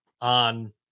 on